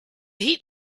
heat